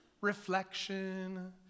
reflection